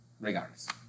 regardless